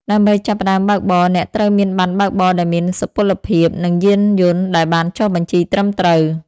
ដើម្បីចាប់ផ្តើមបើកបរ អ្នកត្រូវមានប័ណ្ណបើកបរដែលមានសុពលភាព និងយានយន្តដែលបានចុះបញ្ជីត្រឹមត្រូវ។